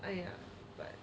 !aiya! but